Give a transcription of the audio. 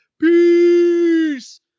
Peace